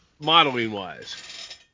modeling-wise